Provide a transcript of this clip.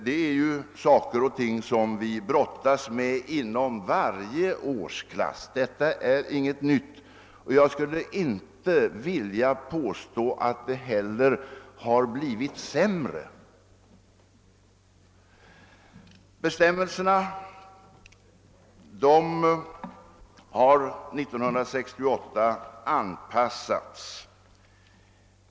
Sådana saker förekommer tyvärr inom varje årsklass. Detta är alltså inget nytt. Jag skulle inte heller vilja påstå att det har blivit sämre nu än det varit förut. Bestämmelserna har omarbetats och år 1968 anpassats bättre till vår tid.